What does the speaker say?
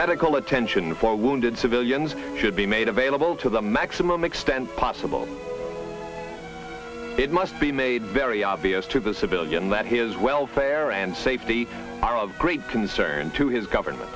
medical attention for wounded civilians should be made available to the maximum extent possible it must be made very obvious to the civilian that his welfare and safety are of great concern to his govern